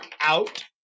out